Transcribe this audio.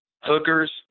Hookers